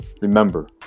Remember